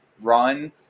run